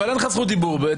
אין לך זכות דיבור,